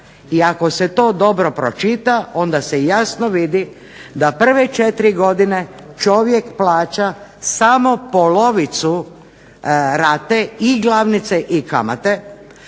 I ako se to dobro pročita onda se jasno vidi da prve četiri godine čovjek plaća samo polovicu rate i glavnice i kamate,